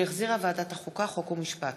שהחזירה ועדת החוקה, חוק ומשפט,